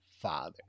father